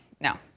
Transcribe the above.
no